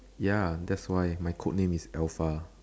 ya that's why my code name is alpha